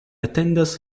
atendas